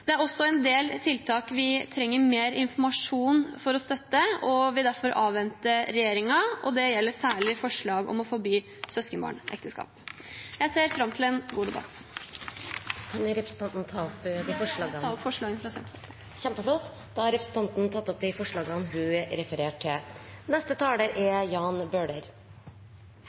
Det er også en del tiltak vi trenger mer informasjon om for å støtte, og vil derfor avvente regjeringens informasjon. Det gjelder særlig forslag om å forby søskenbarnekteskap. Jeg ser fram til en god debatt. Vil representanten ta opp forslagene? Jeg vil gjerne ta opp de forslagene der Senterpartiet er medforslagsstiller. Kjempeflott – da har representanten Emilie Enger Mehl tatt opp de forslagene hun refererte til.